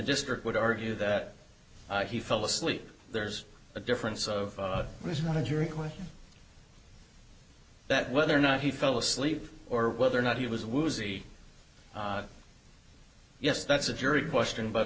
district would argue that he fell asleep there's a difference of there's not a jury question that whether or not he fell asleep or whether or not he was woozy yes that's a jury question but